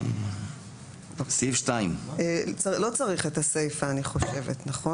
לא צריך את הסיפא אני חושבת, נכון?